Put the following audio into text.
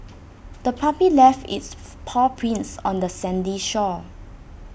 the puppy left its paw prints on the sandy shore